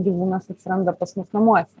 gyvūnas atsiranda pas mus namuose